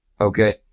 okay